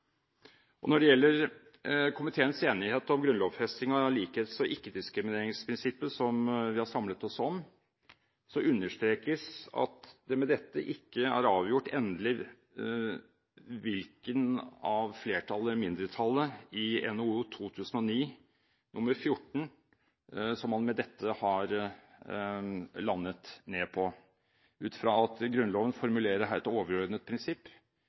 lover. Når det gjelder komiteens enighet om grunnlovfesting av likhets- og ikke-diskrimineringsprinsippet, som vi har samlet oss om, understrekes at det med dette ikke er avgjort endelig hvilket av flertallet eller mindretallet i NOU 2009: 14 som man med dette har landet ned på, ut fra at Grunnloven her formulerer et overordnet prinsipp.